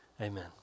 Amen